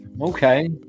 Okay